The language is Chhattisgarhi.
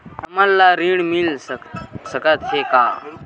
हमन ला ऋण मिल सकत हे का?